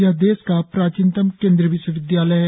यह देश का प्राचीनतम केंद्रीय विश्वविद्यालय है